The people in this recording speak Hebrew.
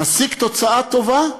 נשיג תוצאה טובה,